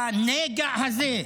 לא מטפלת בנגע הקטלני הזה,